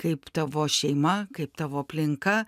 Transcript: kaip tavo šeima kaip tavo aplinka